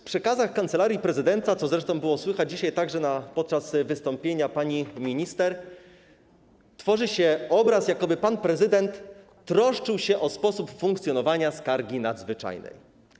W przekazach Kancelarii Prezydenta, co zresztą było dzisiaj słychać także podczas wystąpienia pani minister, tworzy się obraz, jakoby pan prezydent troszczył się o sposób funkcjonowania skargi nadzwyczajnej.